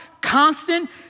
constant